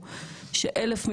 משרד החינוך ג'מאל